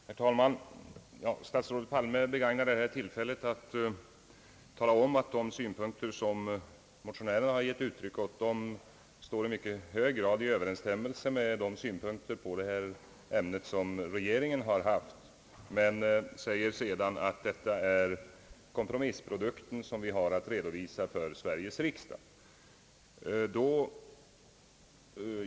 Herr talman! Statsrådet Palme begagnade tillfället till att tala om att de synpunkter, som motionärerna har gett uttryck åt i mycket hög grad överensstämmer med de synpunkter på detta ämne som regeringen har haft, men sedan tillade statsrådet att det är en kompromissprodukt som man här haft att redovisa för Sveriges riksdag.